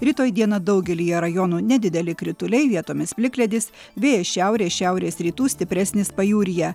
rytoj dieną daugelyje rajonų nedideli krituliai vietomis plikledis vėjas šiaurės šiaurės rytų stipresnis pajūryje